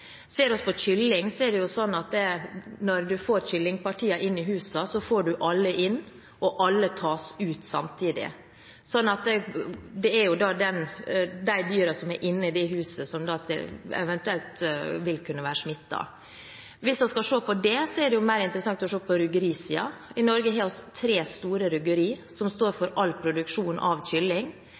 Ser vi på kylling, er det slik at når en får kyllingpartiene inn i huset, får en alle inn, og alle tas ut samtidig. Det er de dyrene som er inne i det huset, som eventuelt vil kunne være smittet. Hvis vi skal se på det, er det mer interessant å se på rugerisiden. I Norge har vi tre store rugerier, som står for all produksjon av